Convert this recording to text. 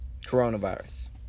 coronavirus